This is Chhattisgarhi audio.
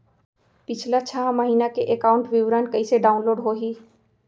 पिछला छः महीना के एकाउंट विवरण कइसे डाऊनलोड होही?